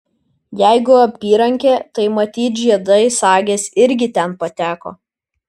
jeigu apyrankė tai matyt žiedai sagės irgi ten pateko